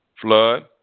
flood